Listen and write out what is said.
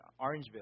Orangeville